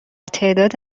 تعداد